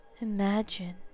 Imagine